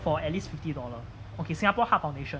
for at least fifty dollar okay singapore heart foundation